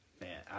Man